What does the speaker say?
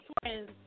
friends